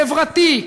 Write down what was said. חברתי,